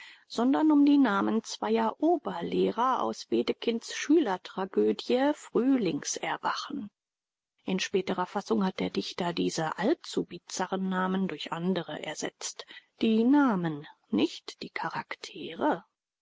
sondern um die namen zweier oberlehrer aus wedekinds schülertragödie frühlings erwachen in späterer fassung hat der dichter diese allzu bizarren namen durch andere ersetzt die namen nicht die charaktere